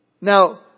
Now